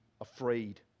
afraid